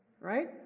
Right